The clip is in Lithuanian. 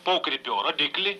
pokrypio rodyklį